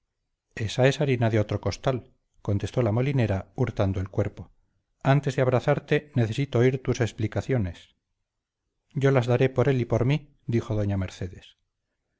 esa es harina de otro costal contestó la molinera hurtando el cuerpo antes de abrazarte necesito oír tus explicaciones yo las daré por él y por mí dijo doña mercedes